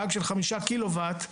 גג של חמישה קילו וואט,